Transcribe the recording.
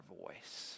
voice